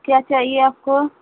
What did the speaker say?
क्या चाहिए आपको